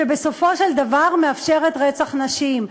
שבסופו של דבר מאפשרת רצח נשים.